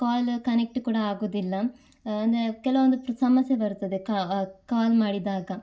ಕಾಲ್ connect ಕೂಡ ಆಗುವುದಿಲ್ಲ ಅಂದರೆ ಕೆಲವೊಂದು ಸಮಸ್ಯೆ ಬರ್ತದೆ ಕಾಲ್ ಮಾಡಿದಾಗ